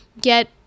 get